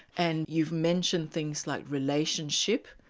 and you've mentioned things like relationship,